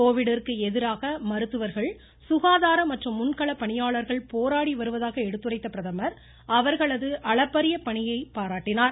கோவிட்டிற்கு எதிராக மருத்துவர்கள் சுகாதார மற்றும் முன்களப் பணியாளர்கள் போராடி வருவதாக எடுத்துரைத்த பிரதமர் அவர்களது அளப்பரிய பணியை பாராட்டினார்